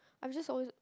I've just always